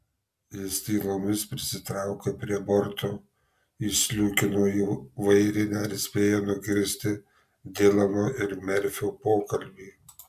jis tylomis prisitraukė prie borto įsliūkino į vairinę ir spėjo nugirsti dilano ir merfio pokalbį